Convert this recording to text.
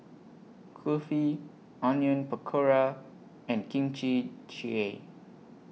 Kulfi Onion Pakora and Kimchi Jjigae